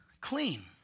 clean